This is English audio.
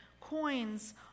coins